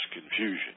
confusion